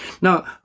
Now